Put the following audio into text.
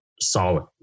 solid